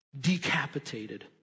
decapitated